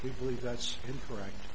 we believe that's incorrect